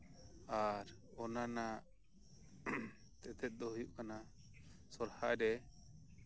ᱟᱨ ᱚᱱᱟ ᱨᱮᱱᱟᱜ ᱛᱮᱛᱮᱫ ᱫᱚ ᱦᱳᱭᱳᱜ ᱠᱟᱱᱟ ᱥᱚᱦᱨᱟᱭ ᱨᱮ